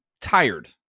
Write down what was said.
tired